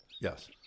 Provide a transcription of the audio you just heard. Yes